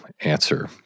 answer